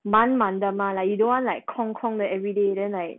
满满的嘛 you don't want like 空空的 everyday then like